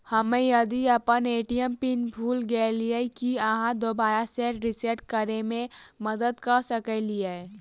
हम्मे यदि अप्पन ए.टी.एम पिन भूल गेलियै, की अहाँ दोबारा सेट रिसेट करैमे मदद करऽ सकलिये?